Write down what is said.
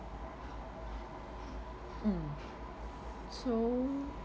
mm so